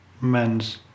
men's